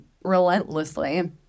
relentlessly